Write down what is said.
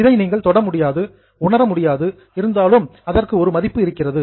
இதை நீங்கள் தொடமுடியாது உணரமுடியாது இருந்தாலும் அதற்கு ஒரு மதிப்பு இருக்கிறது